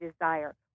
desire